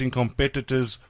competitors